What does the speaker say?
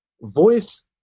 voice